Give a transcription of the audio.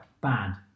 bad